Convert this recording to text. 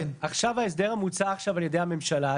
ההסדר המוצע עכשיו על ידי הממשלה,